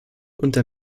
unter